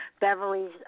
Beverly's